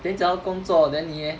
then 讲到工作 then 你 leh